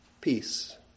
peace